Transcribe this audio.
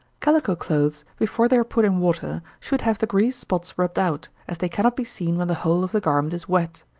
calico clothes, before they are put in water, should have the grease spots rubbed out, as they cannot be seen when the whole of the garment is wet.